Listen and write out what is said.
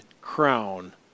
crown